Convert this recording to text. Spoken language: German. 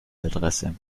adresse